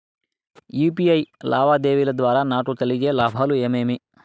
UPI లావాదేవీల ద్వారా నాకు కలిగే లాభాలు ఏమేమీ?